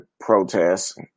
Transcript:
protests